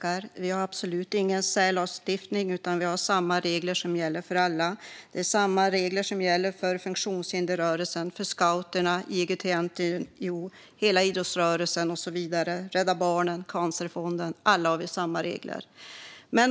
Herr talman! Vi har absolut ingen särlagstiftning, utan det är samma regler som gäller för alla. Det är samma regler som gäller för funktionshindersrörelsen, scouterna, IOGT-NTO, hela idrottsrörelsen och så vidare, liksom för Rädda Barnen och Cancerfonden. Alla har vi samma regler.